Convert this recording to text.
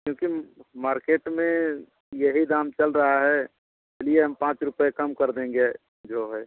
क्योंकि मार्केट में यही दाम चल रहा है चलिए हम पाँच रुपए कम कर देंगे जो है